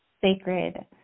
sacred